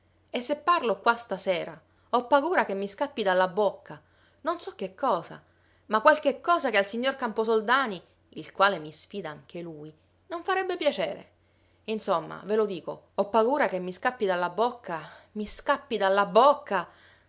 e se parlo qua stasera ho pagura che mi scappi dalla bocca non so che cosa ma qualche cosa che al signor camposoldani il quale mi sfida anche lui non farebbe piacere insomma ve lo dico ho pagura che mi scappi dalla bocca mi scappi dalla bocca